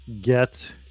get